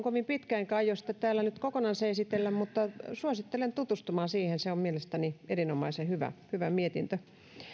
kovin pitkä enkä aio sitä täällä nyt kokonansa esitellä mutta suosittelen tutustumaan siihen se on mielestäni erinomaisen hyvä hyvä mietintö